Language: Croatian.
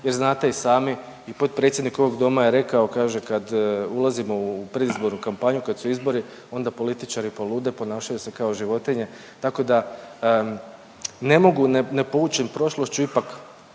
jer znate i sami i potpredsjednik ovog doma je rekao, kaže kad ulazimo u predizbornu kampanju kad su izbori onda političari polude, ponašaju se kao životinje tako da ne mogu ne poučen prošlošću ipak